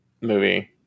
movie